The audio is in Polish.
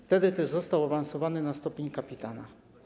Wtedy też został awansowany do stopnia kapitana.